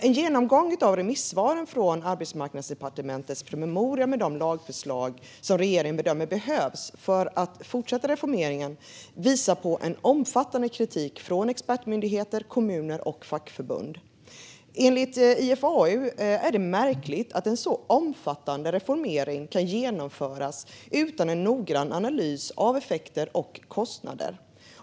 En genomgång av remissvaren från Arbetsmarknadsdepartementets promemoria med de lagförslag som regeringen bedömer behövs för att fortsätta reformeringen visar på en omfattande kritik från expertmyndigheter, kommuner och fackförbund. Enligt IFAU är det märkligt att en så omfattande reformering kan genomföras utan en noggrann analys av effekter och kostnader.